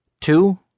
Two